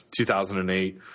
2008